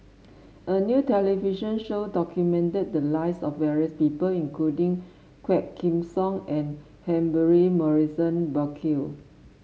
a new television show documented the lives of various people including Quah Kim Song and Humphrey Morrison Burkill